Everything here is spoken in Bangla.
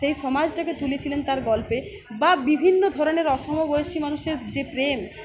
সেই সমাজটাকে তুলেছিলেন তার গল্পে বা বিভিন্ন ধরনের অসমবয়সী মানুষের যে প্রেম